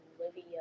Olivia